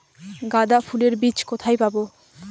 গাঁদা ফুলের বীজ কোথায় পাবো?